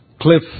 cliff